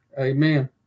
amen